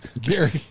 Gary